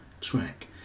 track